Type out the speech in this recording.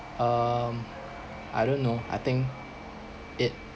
um I don't know I think it